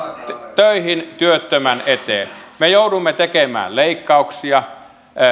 töihin työttömän eteen me joudumme tekemään leikkauksia